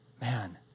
man